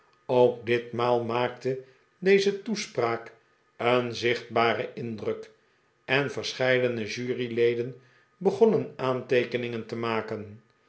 ook ditmaal maakte deze toespraak een zichtbaren indruk en verscheidene juryleden begonnen aanteekeningen te maken